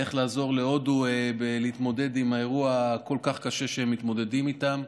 באיך לעזור להודו להתמודד עם האירוע הכל-כך קשה שהם מתמודדים איתו.